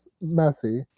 messy